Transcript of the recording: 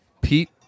Pete